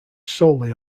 solely